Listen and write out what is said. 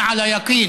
אני די בטוח